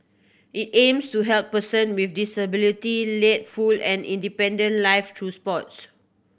it aims to help person with disability lead full and independent lives through sports